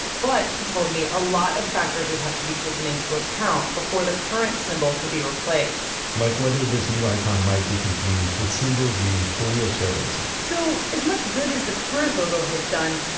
but he told me a lot of factors would have to be taken into account before the current symbol could be replaced. like whether this new icon might be confused with symbols used for wheelchair racing. so, as much good as the current logo has done,